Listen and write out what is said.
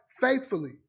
faithfully